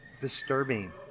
disturbing